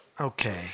Okay